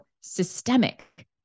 systemic